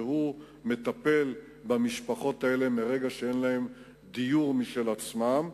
והוא מטפל במשפחות האלה מרגע שאין להן דיור משל עצמן.